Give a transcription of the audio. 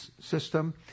system